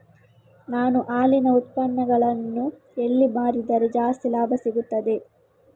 ನಾನು ಹಾಲಿನ ಉತ್ಪನ್ನಗಳನ್ನು ಎಲ್ಲಿ ಮಾರಿದರೆ ಜಾಸ್ತಿ ಲಾಭ ಸಿಗುತ್ತದೆ?